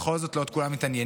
בכל זאת לא כולם מתעניינים,